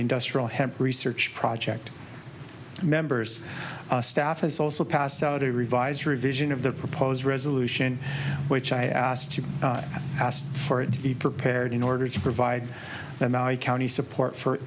industrial hemp research project members staff has also passed out a revised revision of their proposed resolution which i asked to be asked for it to be prepared in order to provide a county support for